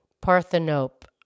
Parthenope